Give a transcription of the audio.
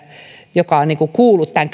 joka on kuullut tämän